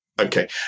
Okay